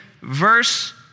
verse